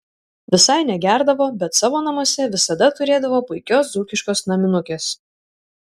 visai negerdavo bet savo namuose visada turėdavo puikios dzūkiškos naminukės